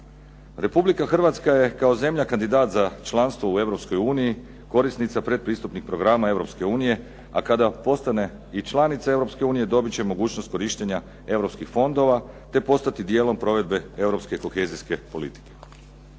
Republika Hrvatska je kao zemlja kandidat za članstvo u Europskoj uniji korisnica pretpristupnih programa Europske unije, a kada postane članica Europske unije, dobit će mogućnost korištenja Europskih fondova te postati dijelom provedbe Europske kohezijske politike.